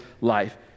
life